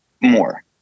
more